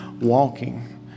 walking